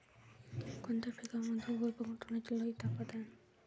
कोनत्या मातीमंदी वल पकडून ठेवण्याची लई ताकद हाये?